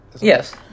Yes